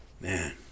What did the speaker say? Man